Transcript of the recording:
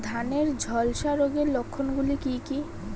ধানের ঝলসা রোগের লক্ষণগুলি কি কি?